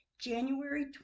January